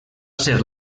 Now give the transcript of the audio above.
ser